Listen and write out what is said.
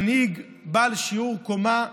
מנהיג בעל שיעור קומה,